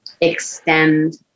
extend